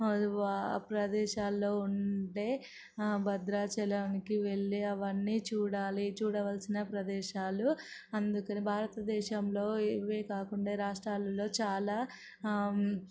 ప్రదేశాల్లో ఉండే ఆ భద్రాలానికి వెళ్ళి అవన్నీ చూడాలి చూడవలసిన ప్రదేశాలు అందుకని భారతదేశంలో ఇవే కాకుండా రాష్ట్రాలలో చాలా